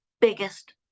biggest